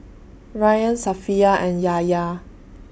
Ryan Safiya and Yahya